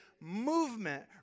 Movement